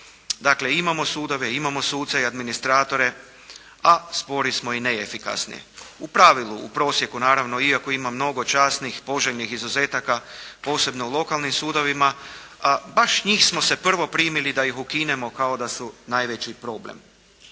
Dakle, imamo sudove, imamo suce i administratore, a spori smo i neefikasni. U pravilu u prosjeku naravno iako ima mnogo časnih, poželjnih izuzetaka posebno lokalnim sudovima baš njih smo se prvo primili da ih ukinemo kao da su najveći problem.